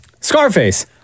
Scarface